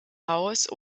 haus